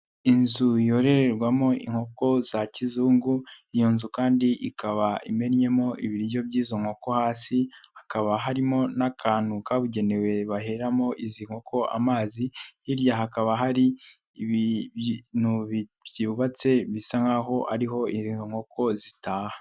Inzu yororwamo inkoko za kizungu, iyo nzu kandi ikaba imennyemo ibiryo by'izo nkoko hasi, hakaba harimo n'akantu kabugenewe baheramo izi nkoko amazi, hirya hakaba hari ibintu byubatse bisa nk'aho ariho inkoko zitaha.